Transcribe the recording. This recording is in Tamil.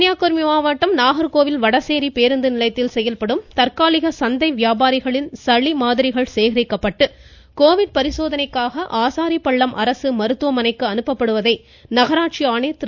கன்னியாகுமரி மாவட்டம் நாகர்கோவில் வடசேரி பேருந்து நிலையத்தில் செயல்படும் தற்காலிக சந்தை வியாபாரிகளின் சளி மாதிரிகள் சேகரிக்கப்பட்டு கோவிட் பரிசோதனைக்காக ஆசாரிப்பள்ளம் அரசு மருத்துவமனையில் அனுப்பப்படுவதை நகராட்சி ஆணையர் திரு